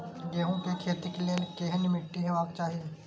गेहूं के खेतीक लेल केहन मीट्टी हेबाक चाही?